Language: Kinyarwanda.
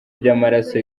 by’amaraso